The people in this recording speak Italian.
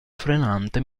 frenante